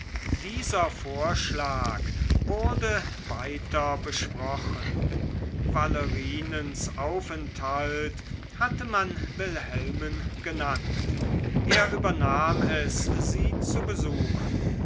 dieser vorschlag wurde weiter besprochen valerinens aufenthalt hatte man wilhelmen genannt er übernahm es sie zu besuchen